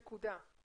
נקודה.